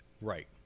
Right